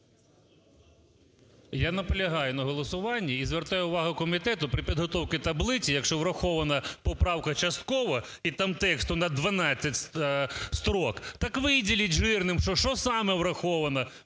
Я наполягаю на голосуванні і звертаю увагу комітету, при підготовці таблиці, якщо врахована поправка частково і там тексту на 12 строк, так виділіть жирним, що що саме враховано,